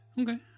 Okay